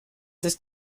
ist